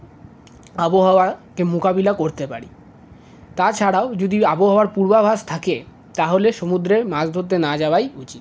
আবহাওয়াকে মোকাবিলা করতে পারি তাছাড়াও যদি আবহাওয়ার পূর্বাভাষ থাকে তাহলে সমুদ্রে মাছ ধরতে না যাওয়াই উচিত